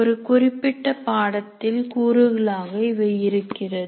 ஒரு குறிப்பிட்ட பாடத்தில் கூறுகளாக இவை இருக்கிறது